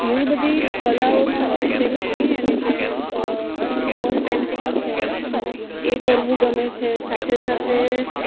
ઘણી બધી કલાઓમાં મને જેમ કહીએ ને કે વોલ પેઇન્ટિંગ છે એ કરવું ગમે છે સાથે સાથે